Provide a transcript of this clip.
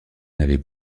n’avait